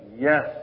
Yes